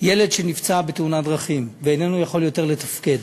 ילד נפצע בתאונת דרכים, איננו יכול יותר לתפקד,